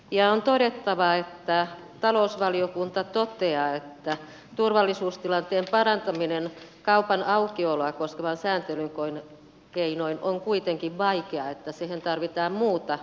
on todettava että talousvaliokunta toteaa että turvallisuustilanteen parantaminen kaupan aukioloa koskevan sääntelyn keinoin on kuitenkin vaikeaa että siihen tarvitaan muuta lainsäädäntöä